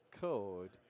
code